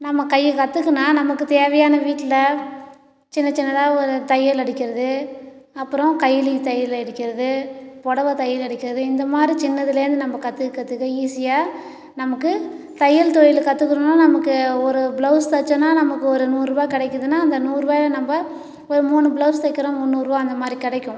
நம்ம கை கற்றுக்குன்னா நமக்கு தேவையான வீட்டில் சின்ன சின்னதாக ஒரு தையல் அடிக்கிறது அப்புறம் கைலி தையல் அடிக்கிறது புடவ தையல் அடிக்கிறது இந்த மாதிரி சின்னதுலேந்து நம்ப கற்றுக்க கற்றுக்க ஈஸியாக நமக்கு தையல் தொழிலை கற்றுக்குணுன்னா நமக்கு ஒரு பிளவுஸ் தச்சோன்னா நமக்கு ஒரு நூறுரூவா கிடைக்குதுன்னா அந்த நூறுவாயை நம்ப ஒரு மூணு பிளவுஸ் தைக்குறோம் முந்நூறுரூவா அந்த மாதிரி கிடைக்கும்